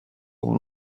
اون